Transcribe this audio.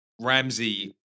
Ramsey